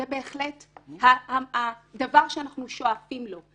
זה בהחלט הדבר שאנחנו שואפים אליו.